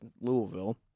Louisville